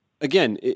again